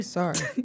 sorry